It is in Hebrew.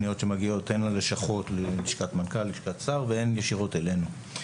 מדובר בפניות שמגיעות ללשכות המנכ"ל והשר וישירות אלינו.